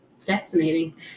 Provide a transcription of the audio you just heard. fascinating